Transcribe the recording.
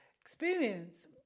experience